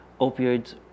opioids